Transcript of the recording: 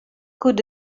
good